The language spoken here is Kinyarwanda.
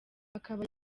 akaba